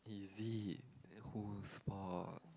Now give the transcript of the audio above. is it then whose fault